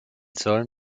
sollen